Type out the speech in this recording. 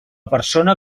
persona